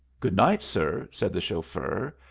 good night, sir, said the chauffeur,